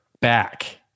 back